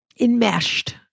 Enmeshed